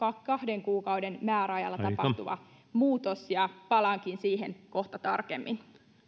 kahden kuukauden määräajalla tapahtuva muutos ja palaankin siihen kohta tarkemmin